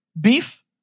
beef